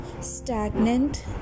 stagnant